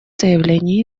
заявление